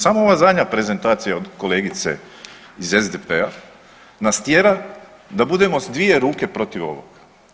Samo ova zadnja prezentacija od kolegice iz SDP-a nas tjera da budemo s dvije ruke protiv ovoga.